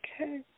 Okay